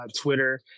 Twitter